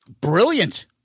Brilliant